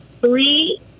three